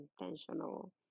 intentional